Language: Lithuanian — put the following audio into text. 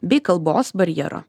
bei kalbos barjero